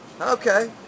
Okay